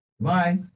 bye